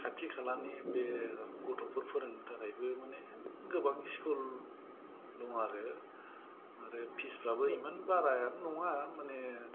खाथि खालानि बे गथ'फोर फोरोंनो थाखायबो माने गोबां स्कुल दं आरो आरो फिसफ्राबो इमान बाराबो नंआ माने